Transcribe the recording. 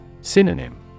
Synonym